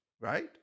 right